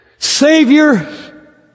Savior